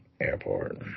Airport